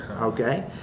Okay